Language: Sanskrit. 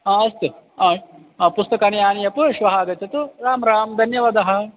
अ अस्तु अ पुस्तकानि आनीय प्रति श्वः आगच्छतु राम् राम् धन्यवादः